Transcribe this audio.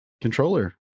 Controller